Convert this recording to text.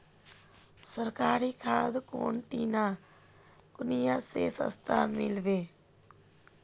सरकारी खाद कौन ठिना कुनियाँ ले सस्ता मीलवे?